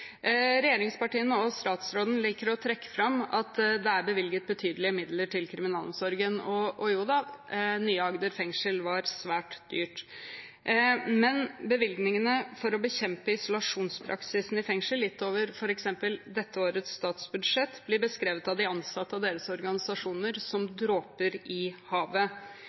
Regjeringspartiene og statsråden liker å trekke fram at det er bevilget betydelige midler til kriminalomsorgen – og joda, nye Agder fengsel var svært dyrt. Men bevilgningene for å bekjempe isolasjonspraksisen i fengsel gitt over f.eks. dette årets statsbudsjett blir beskrevet av de ansatte og deres organisasjoner som dråper i havet.